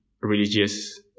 religious